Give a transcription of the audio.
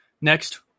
Next